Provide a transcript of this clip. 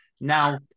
Now